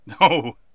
No